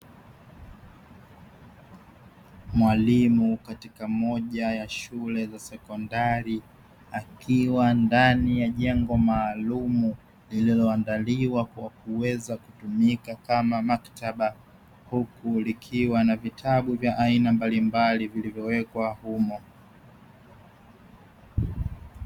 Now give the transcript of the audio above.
Mwalimu katika moja ya shule za sekondari, akiwa ndani ya jengo maalumu lililoandaliwa kwa kuweza kutumika kama maktaba; huku likiwa na vitabu vya aina mbalimbali vilivyowekwa humo.